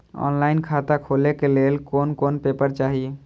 Online खाता खोले के लेल कोन कोन पेपर चाही?